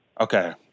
okay